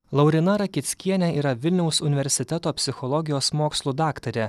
lauryna rakickienė yra vilniaus universiteto psichologijos mokslų daktarė